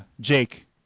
Jake